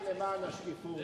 רק למען השקיפות,